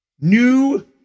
New